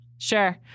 Sure